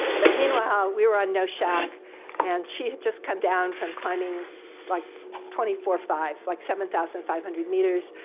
but meanwhile, meanwhile, we were on noshaq and she had just come down from climbing, it's like twenty four, five, like seven thousand five hundred meters,